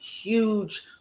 huge